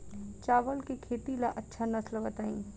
चावल के खेती ला अच्छा नस्ल बताई?